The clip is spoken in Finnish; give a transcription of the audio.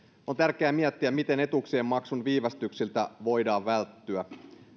on tärkeää miettiä miten etuuksien maksun viivästyksiltä voidaan välttyä